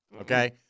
okay